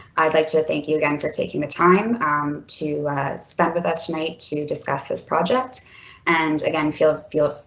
i'd like to thank you again for taking the time to spend with us tonight to discuss this project and again feel ah feel,